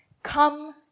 Come